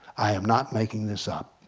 i am not making this up.